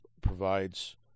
provides